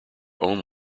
own